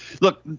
Look